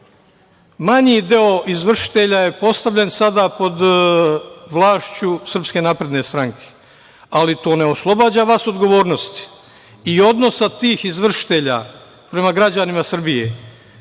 Manji deo izvršitelja je postavljen sada pod vlašću SNS, ali to ne oslobađa vas odgovornosti i odnosa tih izvršitelja prema građanima Srbije. Mi